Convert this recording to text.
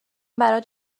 برات